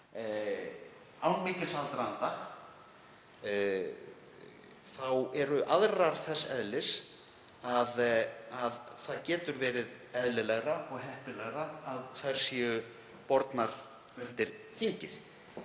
án mikils aðdraganda þá eru aðrar þess eðlis að það getur verið eðlilegra og heppilegra að þær séu bornar undir þingið.